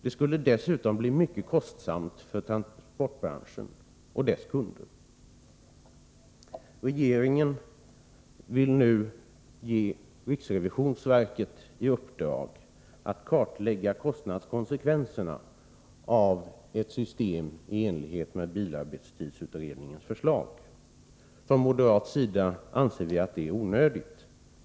Det skulle dessutom bli mycket kostsamt för transportbranschen och dess kunder. Regeringen vill nu ge riksrevisionsverket i uppdrag att kartlägga kostnadskonsekvenserna av ett system i enlighet med bilarbetstidsutredningens förslag. Från moderat sida anser vi detta onödigt.